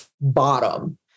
bottom